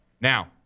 Now